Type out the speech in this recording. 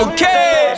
Okay